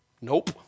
Nope